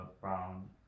brown